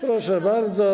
Proszę bardzo.